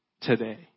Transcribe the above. today